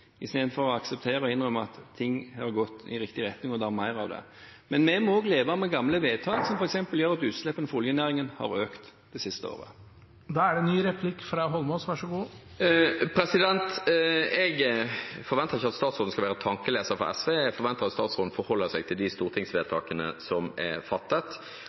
istedenfor å akseptere og innrømme at ting har gått i riktig retning, og at det er mer av det. Men vi må også leve med gamle vedtak som f.eks. gjør at utslippene fra oljenæringen har økt det siste året. Jeg forventer ikke at statsråden skal være tankeleser for SV, jeg forventer at statsråden forholder seg til stortingsvedtakene som er fattet.